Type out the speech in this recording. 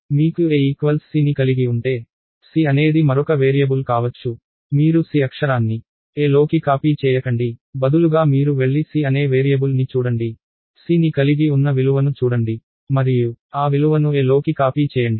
మీకు a c ఉంటే c అనేది మరొక వేరియబుల్ కావచ్చు మీరు c అక్షరాన్ని a లోకి కాపీ చేయకండి బదులుగా మీరు వెళ్లి c అనే వేరియబుల్ని చూడండి c ని కలిగి ఉన్న విలువను చూడండి మరియు ఆ విలువను a లోకి కాపీ చేయండి